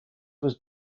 was